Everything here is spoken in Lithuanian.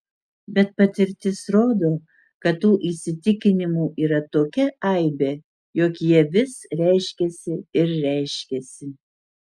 bet patirtis rodo kad tų įsitikinimų yra tokia aibė jog jie vis reiškiasi ir reiškiasi